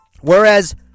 Whereas